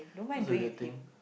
that's a weird thing